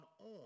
on